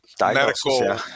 medical